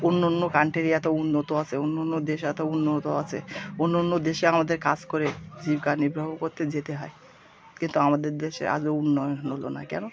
অন্য অন্য কান্ট্রির এতো উন্নতি আছে অন্য অন্য দেশ এতো উন্নত আছে অন্য অন্য দেশে আমাদের কাজ করে জীবকা নির্বাহ করতে যেতে হয় কিন্তু আমাদের দেশে আজও উন্নয়ন হল না কেন